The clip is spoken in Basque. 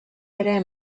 ere